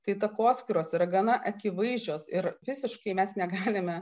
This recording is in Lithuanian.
tai takoskyros yra gana akivaizdžios ir visiškai mes negalime